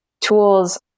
tools